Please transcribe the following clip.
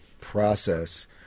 process